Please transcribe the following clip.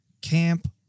Camp